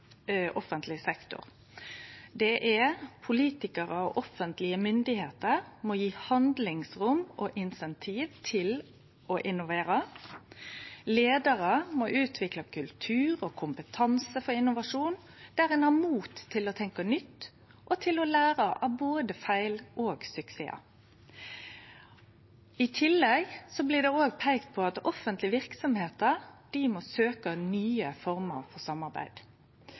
offentleg sektor. Det er at politikarar og offentlege myndigheiter må gje handlingsrom og insentiv til å innovere, at leiarar må utvikle kultur og kompetanse for innovasjon, der ein har mot til å tenkje nytt og til å lære av både feil og suksessar, og i tillegg at offentlege verksemder må søkje nye former for samarbeid.